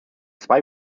zwei